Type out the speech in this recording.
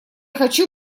хочу